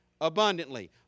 abundantly